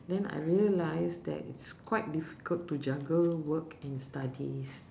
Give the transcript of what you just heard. then I realised that it's quite difficult to juggle work and studies